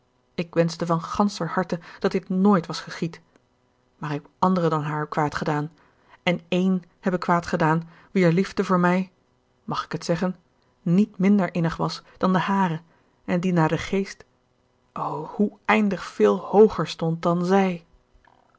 ik wenschte van ganscher harte dat dit nooit was geschied maar ik heb anderen dan haar kwaad gedaan en ééne heb ik kwaad gedaan wier liefde voor mij mag ik het zeggen niet minder innig was dan de hare en die naar den geest o hoe oneindig veel hooger stond dan zij